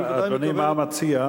אני בוודאי מקווה, אדוני, מה מציע?